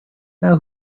now